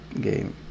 game